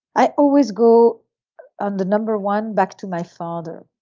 i always go on the number one back to my father